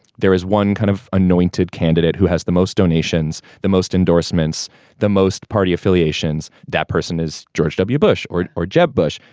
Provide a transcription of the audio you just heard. there is one kind of anointed candidate who has the most donations the most endorsements the most party affiliations. that person is george w. bush or or jeb bush.